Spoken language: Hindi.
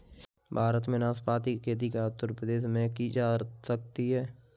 भारत में नाशपाती की खेती क्या उत्तर प्रदेश में की जा सकती है?